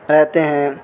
رہتے ہیں